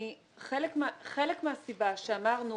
חלק מהסיבה שאמרנו